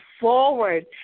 forward